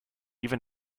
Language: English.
even